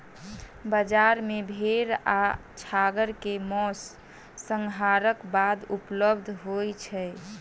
बजार मे भेड़ आ छागर के मौस, संहारक बाद उपलब्ध होय छै